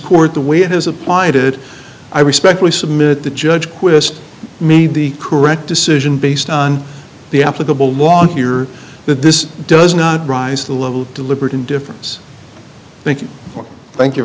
court the way it has applied it i respectfully submit the judge quist made the correct decision based on the applicable law here but this does not rise to the level deliberate indifference thank you thank you